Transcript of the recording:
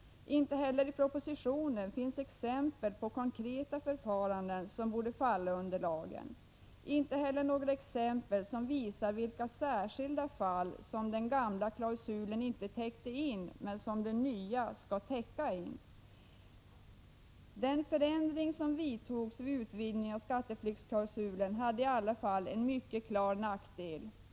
Inte heller i propositionen finns exempel på konkreta förfaranden som borde falla under lagen, och det finns inte några exempel som visar vilka särskilda fall som den gamla klausulen inte täckte in men som den nya skall täcka in. Den förändring som vidtogs vid utvidgningen av skatteflyktsklausulen hade i alla fall en mycket klar nackdel.